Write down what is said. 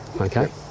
okay